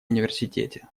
университете